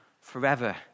forever